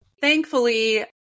thankfully